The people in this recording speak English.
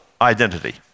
identity